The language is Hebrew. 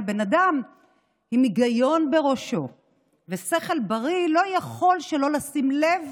אבל בן אדם עם היגיון בראשו ושכל בריא לא יכול שלא לשים לב